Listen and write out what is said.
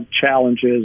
challenges